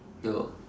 ya lor